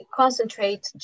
concentrate